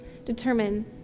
Determine